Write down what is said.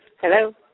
Hello